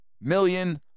million